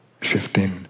shifting